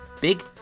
Big